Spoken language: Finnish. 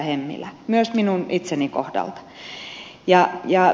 hemmilä myös minun itseni kohdalla